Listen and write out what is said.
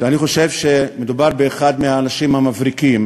ואני חושב שמדובר באחד האנשים המבריקים,